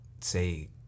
say